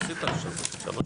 הישיבה ננעלה בשעה